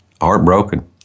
heartbroken